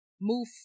move